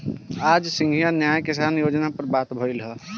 आज संघीय न्याय किसान योजना पर बात भईल ह